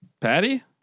Patty